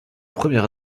première